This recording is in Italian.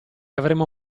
avremo